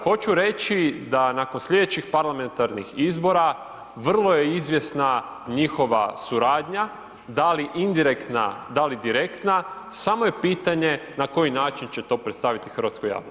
Hoću reći da nakon slijedećih parlamentarnih izbora, vrlo je izvjesna njihova suradnja, da li indirektna, da li direktna, samo je pitanje na koji način će to predstaviti hrvatskoj javnosti.